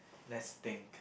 let's think